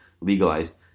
legalized